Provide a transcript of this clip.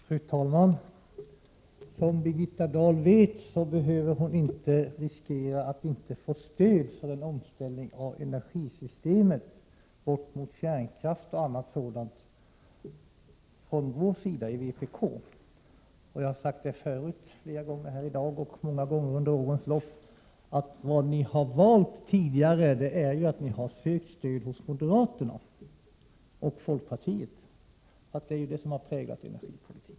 Fru talman! Som Birgitta Dahl vet, behöver hon inte riskera att inte få stöd av oss i vpk för en omställning av energisystemet bort från kärnkraften. Jag har sagt förut flera gånger här i dag och många gånger under årens lopp, att socialdemokraterna tidigare har valt att söka stöd hos moderaterna och folkpartiet — det är ju detta som har präglat energipolitiken.